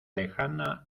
lejana